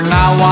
now